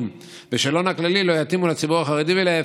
בשאלון הכללי לא יתאימו לציבור החרדי ולהפך,